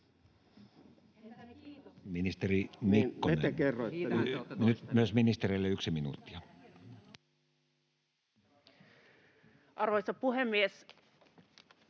Arvoisa puhemies!